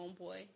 homeboy